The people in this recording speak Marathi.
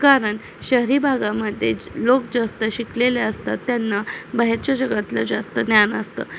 कारण शहरी भागामध्ये लोक जास्त शिकलेले असतात त्यांना बाहेरच्या जगातलं जास्त ज्ञान असतं